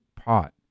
pot